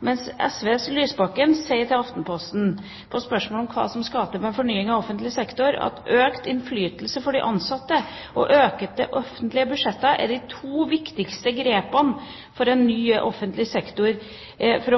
mens SVs Lysbakken sier til Aftenposten på spørsmål om hva som skal til når det gjelder fornying av offentlig sektor: «Økt innflytelse for de ansatte og økte offentlige budsjetter er de to viktigste grepene for å